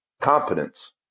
competence